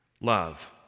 love